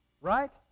right